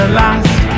last